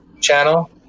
channel